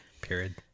Period